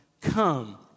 come